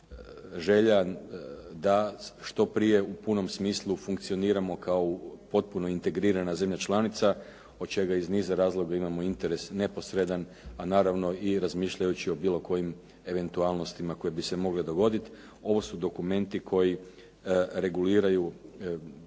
želja da što prije u punom smislu funkcioniramo kao potpuno integrirana zemlja članica od čega iz niza razloga imamo interes neposredan, a naravno i razmišljajući o bilo kojim eventualnostima koje bi se mogle dogoditi. Ovo su dokumenti koji reguliraju